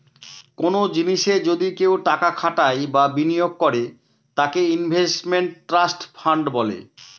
কোনো জিনিসে যদি কেউ টাকা খাটায় বা বিনিয়োগ করে তাকে ইনভেস্টমেন্ট ট্রাস্ট ফান্ড বলে